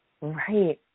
Right